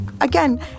Again